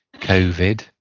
COVID